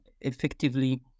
effectively